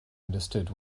understood